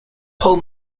pull